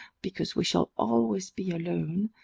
because we should always be alone,